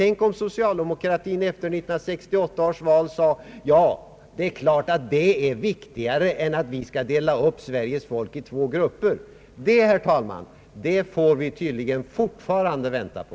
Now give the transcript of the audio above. Tänk om socialdemokratin efter 1968 års val sade att detta måste vara viktigare än att dela upp Sveriges folk i två grupper. Detta får vi dock, herr talman, tydligen fortfarande vänta på.